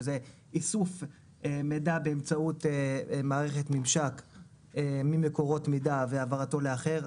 שזה איסוף מידע באמצעות מערכת ממשק ממקורות מידע והעברתו לאחר,